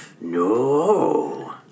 No